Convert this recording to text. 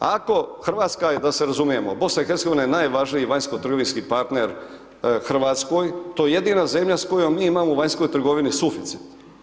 Ako Hrvatska je da se razumijemo, BiH je najvažniji vanjskotrgovinski partner Hrvatskoj, to je jedina zemlja s kojom mi imamo u vanjskoj trgovini suficit.